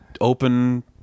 open